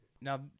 now